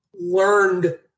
learned